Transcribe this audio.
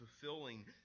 fulfilling